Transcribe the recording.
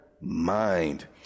mind